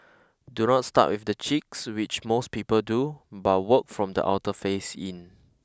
do not start with the cheeks which most people do but work from the outer face in